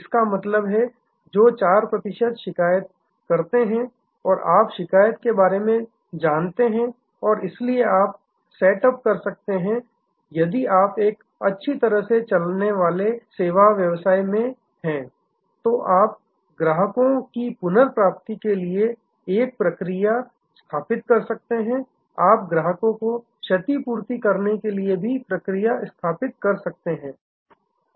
इसका मतलब है जो 4 प्रतिशत शिकायत करते हैं और आप शिकायत के बारे में जानते हैं और इसलिए आप सेटअप कर सकते हैं यदि आप एक अच्छी तरह से चलने वाले सेवा व्यवसाय हैं तो आप ग्राहकों की पुनर्प्राप्ति के लिए एक प्रक्रिया स्थापित कर सकते हैं आप ग्राहक को क्षतिपूर्ति करने के लिए भी प्रक्रिया स्थापित कर सकते हैं